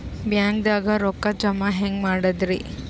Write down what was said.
ಬ್ಯಾಂಕ್ದಾಗ ರೊಕ್ಕ ಜಮ ಹೆಂಗ್ ಮಾಡದ್ರಿ?